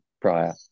prior